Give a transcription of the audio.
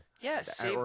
Yes